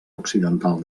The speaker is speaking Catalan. occidental